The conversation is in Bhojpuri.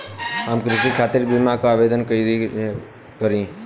हम कृषि खातिर बीमा क आवेदन कइसे करि?